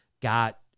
got